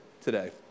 today